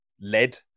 led